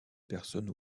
personnes